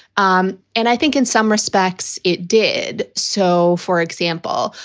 um and i think in some respects it did. so, for example,